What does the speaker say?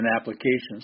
applications